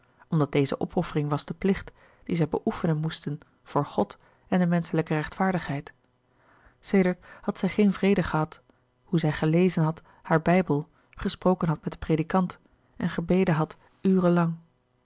omdat deze opoffering was de plicht dien zij beoefenen moesten voor god en de menschelijke rechtvaardig heid sedert had zij geen vrede gehad hoe zij gelezen had haar bijbel gesproken had met den predikant en gebeden had